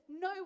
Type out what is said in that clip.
No